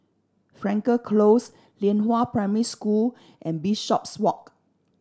Frankel Close Lianhua Primary School and Bishopswalk